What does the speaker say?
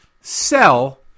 sell